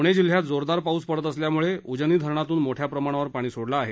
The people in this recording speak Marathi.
पूणे जिल्ह्यात जोरदार पाऊस पडत असल्यामुळे उजनी धरणातून मोठ्या प्रमाणावर पाणी सोडलं आहे